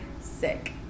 Sick